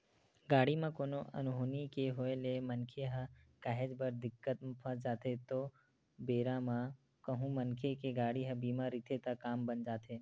गाड़ी म कोनो अनहोनी के होय ले मनखे ह काहेच बड़ दिक्कत म फस जाथे ओ बेरा म कहूँ मनखे के गाड़ी ह बीमा रहिथे त काम बन जाथे